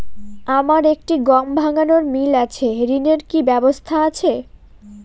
আমার একটি গম ভাঙানোর মিল আছে ঋণের কি ব্যবস্থা আছে?